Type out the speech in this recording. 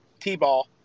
T-ball